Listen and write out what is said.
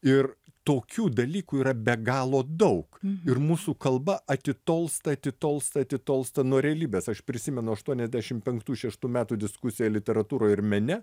ir tokių dalykų yra be galo daug ir mūsų kalba atitolsta atitolsta atitolsta nuo realybės aš prisimenu aštuoniasdešim penktų šeštų metų diskusiją literatūroj ir mene